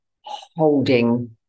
holding